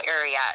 area